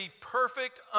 perfect